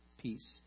peace